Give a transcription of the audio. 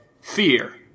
Fear